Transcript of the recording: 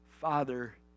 Father